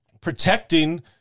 protecting